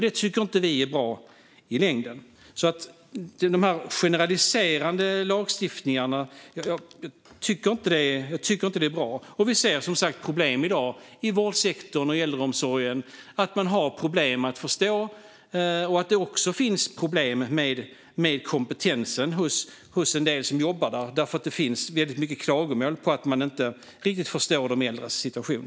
Detta tycker vi inte är bra i längden. De generaliserande lagstiftningarna tycker jag inte är bra. Vi ser som sagt problem i dag inom vårdsektorn och äldreomsorgen med att man har svårt att förstå. Det finns också problem med kompetensen hos en del som jobbar där, för det finns mycket klagomål på att man inte riktigt förstår de äldres situation.